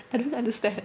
I don't understand